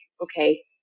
okay